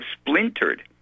splintered